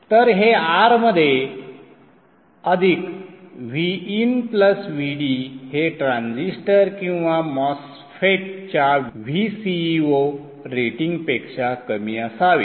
तर हे R मध्ये अधिक Vin Vd हे ट्रान्झिस्टर किंवा MOSFET च्या Vceo रेटिंगपेक्षा कमी असावे